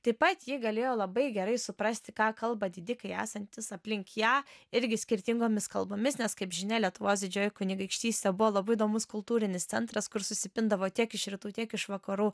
taip pat ji galėjo labai gerai suprasti ką kalba didikai esantys aplink ją irgi skirtingomis kalbomis nes kaip žinia lietuvos didžioji kunigaikštystė buvo labai įdomus kultūrinis centras kur susipindavo tiek iš rytų tiek iš vakarų